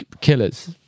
Killers